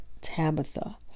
Tabitha